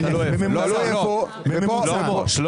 שלמה.